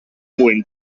mwyn